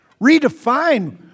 redefine